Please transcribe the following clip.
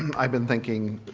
and i've been thinking.